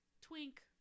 twink